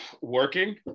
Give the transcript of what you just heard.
Working